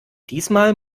diesmal